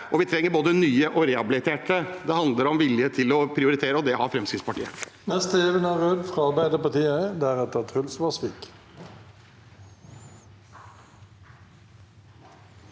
og vi trenger både nye og rehabiliterte. Det handler om vilje til å prioritere, og det har Fremskrittspartiet.